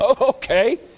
Okay